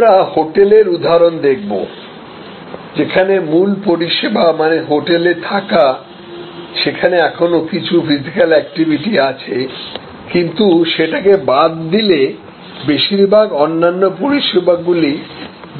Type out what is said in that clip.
আজ আমরা হোটেলের উদাহরণ দেখব যেখানে মূল পরিষেবা মানে হোটেলে থাকা সেখানে এখনো কিছু ফিজিক্যাল অ্যাক্টিভিটি আছে কিন্তু সেটা কে বাদ দিলে বেশিরভাগ অন্যান্য পরিষেবার গুলি